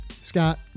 Scott